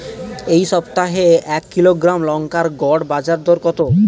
এই সপ্তাহে এক কিলোগ্রাম লঙ্কার গড় বাজার দর কত?